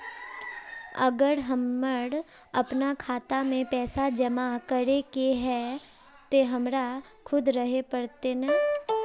अगर हमर अपना खाता में पैसा जमा करे के है ते हमरा खुद रहे पड़ते ने?